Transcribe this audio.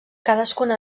cadascuna